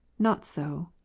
not so.